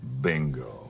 Bingo